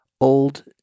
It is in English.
old